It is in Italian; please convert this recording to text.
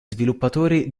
sviluppatori